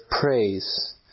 praise